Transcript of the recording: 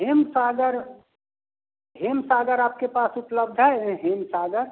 हिमसागर हिमसागर आपके पास उपलब्ध है हिमसागर